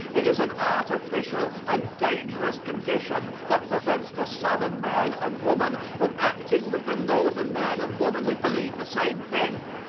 it is an artificial and dangerous condition that prevents the southern man and woman from acting with the northern man and woman who believe the same thing.